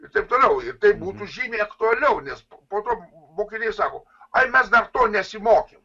ir taip toliau ir tai būtų žymiai aktualiau nes po to mokiniai sako ai mes dar nesimokėm